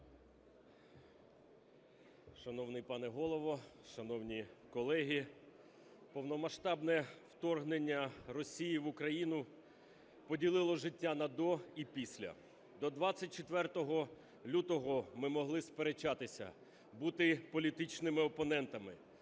Шановний пане Голово, шановні колеги! Повномасштабне вторгнення Росії в Україну поділило життя на "до" і "після". До 24 лютого ми могли сперечатися, бути політичними опонентами,